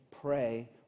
pray